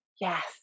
Yes